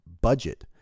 budget